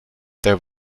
there